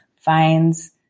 finds